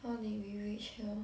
how did we reach here